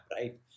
right